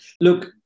Look